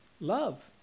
Love